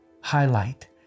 highlight